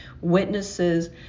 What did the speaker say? witnesses